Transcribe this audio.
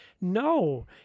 No